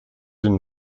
den